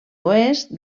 oest